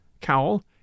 cowl